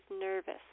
nervous